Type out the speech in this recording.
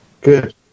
Good